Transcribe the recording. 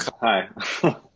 Hi